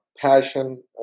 Passion